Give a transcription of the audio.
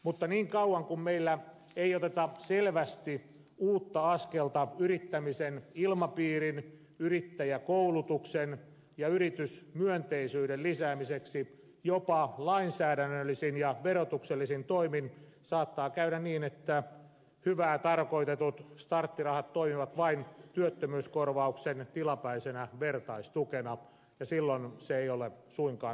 mutta niin kauan kuin meillä ei oteta selvästi uutta askelta yrittämisen ilmapiirin yrittäjäkoulutuksen ja yritysmyönteisyyden lisäämiseksi jopa lainsäädännöllisin ja verotuksellisin toimin saattaa käydä niin että hyvää tarkoittavat starttirahat toimivat vain työttömyyskorvauksen tilapäisenä vertaistukena ja silloin se ei ole suinkaan hyvä asia